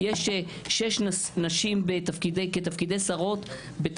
יש שש נשים בתפקידי שרות,